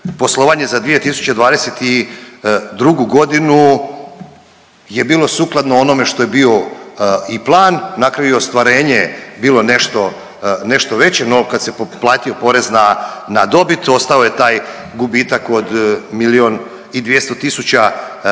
Poslovanje za 2022.g. je bilo sukladno onome što je bio i plan, na kraju je ostvarenje bilo nešto, nešto veće, no kad se platio porez na, na dobit ostao je taj gubitak od milijun